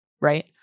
right